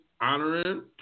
honoring